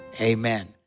Amen